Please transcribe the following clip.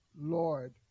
Lord